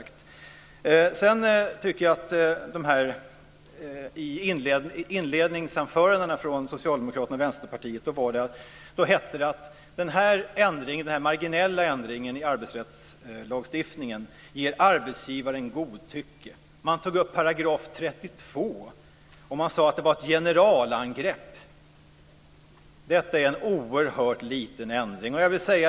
Det vill jag ha sagt. I inledningsanförandena från Socialdemokraterna och Vänsterpartiet hette det att den här marginella ändringen i arbetsrättslagstiftningen ger arbetsgivaren godtycke. Man tog upp § 32, och man sade att det var ett generalangrepp. Detta är en oerhört liten ändring.